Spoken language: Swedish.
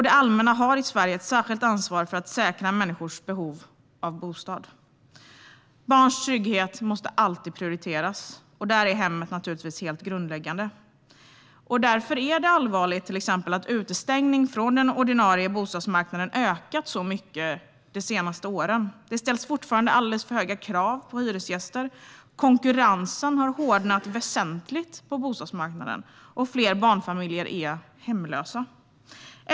Det allmänna har i Sverige ett särskilt ansvar för att säkra människors behov av bostad. Barns trygghet måste alltid prioriteras, och där är hemmet naturligtvis helt grundläggande. Därför är det allvarligt att utestängningen från den ordinarie bostadsmarknaden ökat så mycket de senaste åren. Det ställs fortfarande alldeles för höga krav på hyresgäster. Konkurrensen har hårdnat väsentligt på bostadsmarknaden, och fler barnfamiljer är hemlösa.